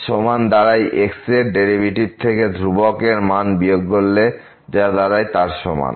x এর derivative থেকে ধ্রুবক এর মান বিয়োগ করলে যা দাঁড়ায় ϕ তার সমান